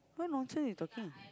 what nonsense you talking